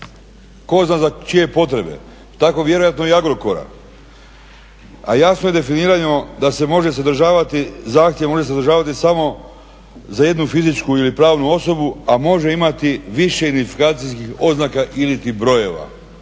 tko zna za čije potrebe. Tako vjerojatno i Agrokora. A jasno je definirano da se može sadržavati, zahtjev može sadržavati samo za jednu fizičku ili pravnu osobu, a može imati više identifikacijskih oznaka iliti brojeva,